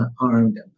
armed